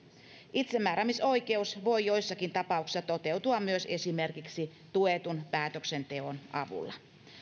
itsemääräämisoikeus voi joissakin tapauksissa toteutua myös esimerkiksi tuetun päätöksenteon avulla